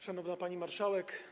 Szanowna Pani Marszałek!